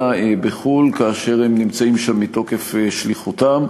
בחו"ל כאשר הם נמצאים שם מתוקף שליחותם,